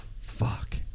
fuck